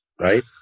Right